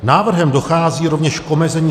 Návrhem dochází rovněž k omezení